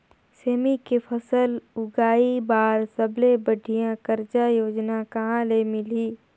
सेमी के फसल उगाई बार सबले बढ़िया कर्जा योजना कहा ले मिलही?